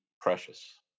precious